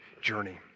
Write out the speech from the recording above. journey